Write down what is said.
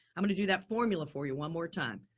i'm going to do that formula for you one more time.